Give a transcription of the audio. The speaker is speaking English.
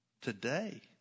Today